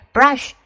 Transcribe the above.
Brush